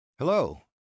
Hello